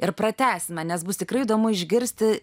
ir pratęsime nes bus tikrai įdomu išgirsti